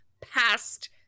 past